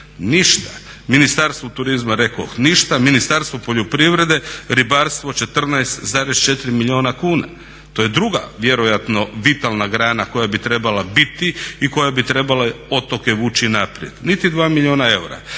Ništa. Ministarstvo turizma rekoh ništa, Ministarstvo poljoprivrede, ribarstvo 14,4 milijuna kuna. To je druga vjerojatno vitalna grana koja bi trebala biti i koja bi trebala otoke vući naprijed. Niti 2 milijuna eura.